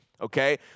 okay